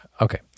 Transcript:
okay